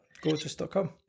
gorgeous.com